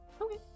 Okay